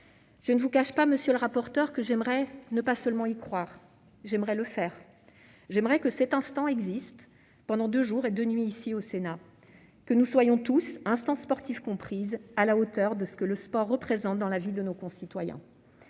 Je ne vous cache pas, monsieur le rapporteur, que j'aimerais ne pas seulement y croire : j'aimerais le faire ! J'aimerais que cet instant existe, au cours des deux jours et deux nuits que nous passerons ici ensemble. J'aimerais que nous soyons tous, instances sportives comprises, à la hauteur de ce que le sport représente dans la vie de nos concitoyens.